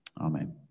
Amen